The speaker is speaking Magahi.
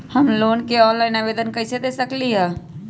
हम लोन के ऑनलाइन आवेदन कईसे दे सकलई ह?